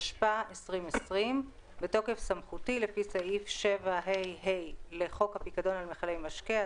התשפ"א-2020 בתוקף סמכותי לפי סעיף 7ה(ה) לחוק הפיקדון על מכלי משקה,